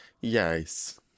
yes